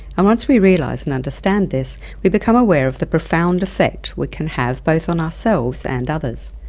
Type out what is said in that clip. and once we realize and understand this we become aware of the profound effect we can have, both on ourselves and others.